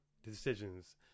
decisions